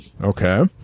Okay